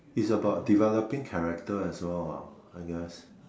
is about developing character as well lah I guess